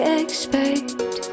expect